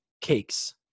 cakes